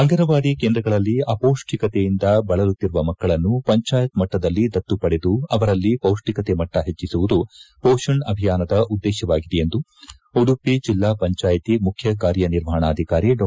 ಅಂಗನವಾಡಿ ಕೇಂದ್ರಗಳಲ್ಲಿ ಅಪೌಷ್ಠಿಕತೆಯಿಂದ ಬಳಲುತ್ತಿರುವ ಮಕ್ಕಳನ್ನು ಪಂಜಾಯತ್ ಮಟ್ಟದಲ್ಲಿ ದತ್ತು ಪಡೆದು ಅವರಲ್ಲಿ ಪೌಷ್ಠಿಕತೆ ಮಟ್ಟ ಹೆಚ್ಚಿಸುವುದು ಪೋಷಣ್ ಅಭಿಯಾನದ ಉದ್ದೇಶವಾಗಿದೆ ಎಂದು ಉಡುಪಿ ಜಿಲ್ಲಾ ಪಂಚಾಯಿತಿ ಮುಖ್ಯ ಕಾರ್ಯನಿರ್ವಹಣಾಧಿಕಾರಿ ಡಾ